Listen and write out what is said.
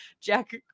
Jack